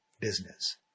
business